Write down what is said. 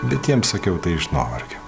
bet jiem sakiau iš nuovargio